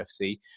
UFC